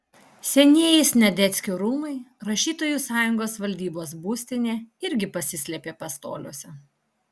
senieji sniadeckių rūmai rašytojų sąjungos valdybos būstinė irgi pasislėpė pastoliuose